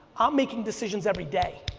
i'm making decisions every day,